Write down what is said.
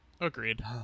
Agreed